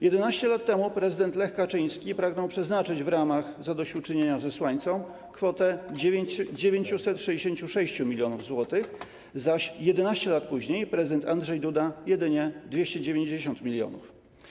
11 lat temu prezydent Lech Kaczyński pragnął przeznaczyć w ramach zadośćuczynienia zesłańcom kwotę 966 mln zł, zaś 11 lat później prezydent Andrzej Duda - jedynie 290 mln.